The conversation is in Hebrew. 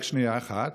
רק שנייה אחת.